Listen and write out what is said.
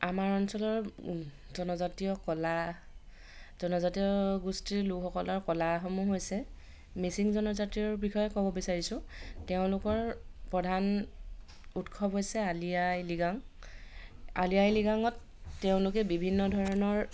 আমাৰ অঞ্চলৰ জনজাতীয় কলা জনজাতীয় গোষ্ঠীৰ লোকসকলৰ কলাসমূহ হৈছে মিচিং জনজাতীয়ৰ বিষয়ে ক'ব বিচাৰিছোঁ তেওঁলোকৰ প্ৰধান উৎসৱ হৈছে আলি আই লৃগাং আলি আই লৃগাঙত তেওঁলোকে বিভিন্ন ধৰণৰ